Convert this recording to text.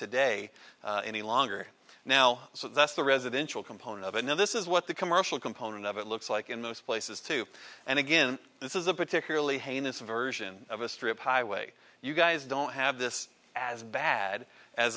today any longer now so that's the residential component of it now this is what the commercial component of it looks like in those places too and again this is a particularly heinous version of a strip highway you guys don't have this as bad as